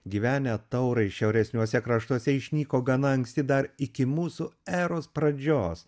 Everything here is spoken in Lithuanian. gyvenę taurai šiauresniuose kraštuose išnyko gana anksti dar iki mūsų eros pradžios